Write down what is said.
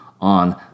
on